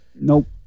Nope